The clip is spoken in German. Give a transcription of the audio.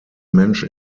mensch